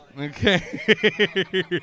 Okay